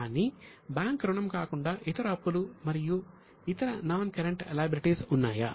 కానీ బ్యాంక్ రుణం కాకుండా ఇతర అప్పులు మరియు ఇతర నాన్ కరెంట్ లయబిలిటీస్ ఉన్నాయా